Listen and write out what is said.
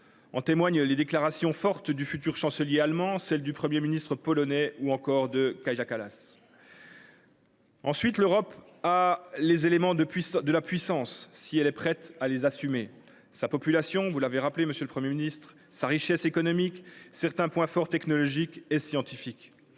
En témoignent les déclarations fortes du futur chancelier allemand, celles du Premier ministre polonais et celles de Kaja Kallas. Par ailleurs, l’Europe a les éléments de la puissance si elle est prête à les assumer : sa population, comme vous venez de le rappeler, monsieur le Premier ministre, et sa richesse économique, mais aussi certains points forts technologiques et scientifiques.